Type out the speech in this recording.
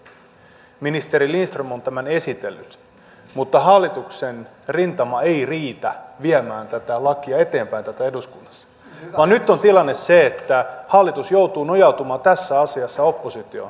ministeri lindström on tämän esitellyt mutta hallituksen rintama ei riitä viemään tätä lakia eteenpäin täällä eduskunnassa vaan nyt on tilanne se että hallitus joutuu nojautumaan tässä asiassa oppositioon